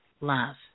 love